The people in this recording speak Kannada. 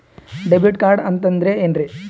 ಡೆಬಿಟ್ ಕಾರ್ಡ್ ಅಂತಂದ್ರೆ ಏನ್ರೀ?